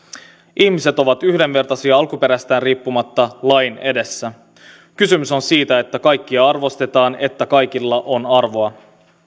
ihmiset ovat yhdenvertaisia alkuperästään riippumatta lain edessä kysymys on siitä että kaikkia arvostetaan että kaikilla on arvoa